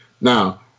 Now